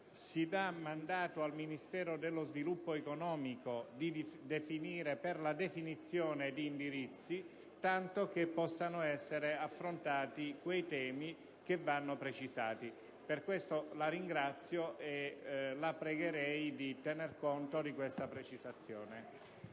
si dà mandato al Ministero dello sviluppo economico per la definizione di indirizzi, in modo che possano essere affrontati quei temi che vanno precisati. La pregherei pertanto di tener conto di questa precisazione,